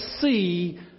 see